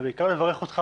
אלא בעיקר לברך אותך,